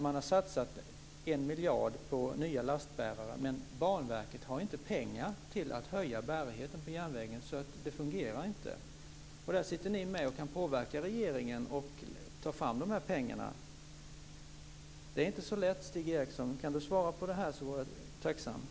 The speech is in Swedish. Man har satsat 1 miljard på nya lastbärare, men Banverket har inte pengar till att höja järnvägens bärighet, så det fungerar inte. Ni kan påverka regeringen att ta fram de pengarna. Detta är inte så lätt. Jag vore tacksam om Stig Eriksson kunde svara på det här.